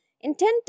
intent